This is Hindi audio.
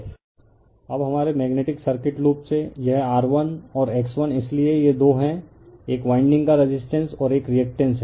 अब हमारे मेग्नेटिक सर्किट लूप से यह R1 और X1 इसलिए ये दो हैं एक वाइंडिंग का रेसिस्टेंस और एक रिएक्टेंस हैं